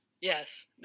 Yes